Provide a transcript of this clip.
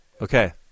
Okay